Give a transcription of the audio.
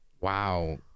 wow